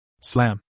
Slam